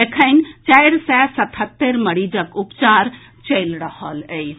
एखन चारि सय सतहत्तरि मरीजक उपचार चलि रहल अछि